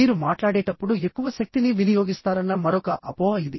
మీరు మాట్లాడేటప్పుడు ఎక్కువ శక్తిని వినియోగిస్తారన్న మరొక అపోహ ఇది